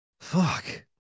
Fuck